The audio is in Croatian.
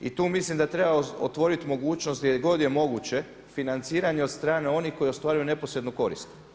I tu mislim da treba otvoriti mogućnost gdje god je moguće financiranje od strane onih koji ostvaruju neposrednu korist.